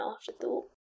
afterthought